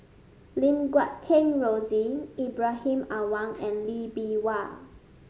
Lim Guat Kheng Rosie Ibrahim Awang and Lee Bee Wah